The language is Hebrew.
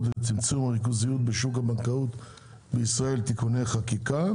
ולצמצום הריכוזיות בשוק הבנקאות בישראל (תיקוני חקיקה)